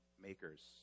makers